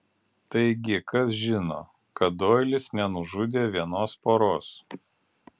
taigi kas žino kad doilis nenužudė vienos poros